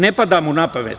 Ne pada mu napamet.